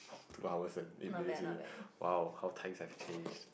two hours and eight minutes already !wow! how times have changed